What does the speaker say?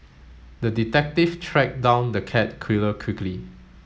the detective tracked down the cat killer quickly